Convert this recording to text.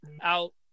out